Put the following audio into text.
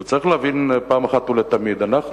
וצריך להבין פעם אחת ולתמיד: אנחנו,